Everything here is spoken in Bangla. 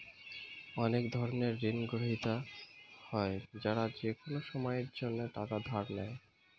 অনেক ধরনের ঋণগ্রহীতা হয় যারা যেকোনো সময়ের জন্যে টাকা ধার নেয়